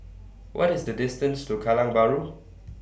What IS The distance to Kallang Bahru